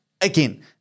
again